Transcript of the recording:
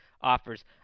offers